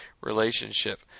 relationship